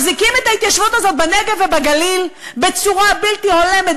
מחזיקים את ההתיישבות הזאת בנגב ובגליל בצורה בלתי הולמת,